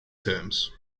terms